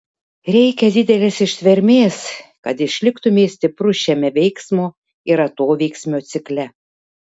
reikia didelės ištvermės kad išliktumei stiprus šiame veiksmo ir atoveiksmio cikle